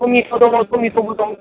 टमिट' दङ' टमिट'बो दं